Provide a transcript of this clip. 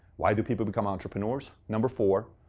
why do people become entrepreneurs, number four,